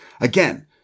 again